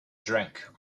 drunk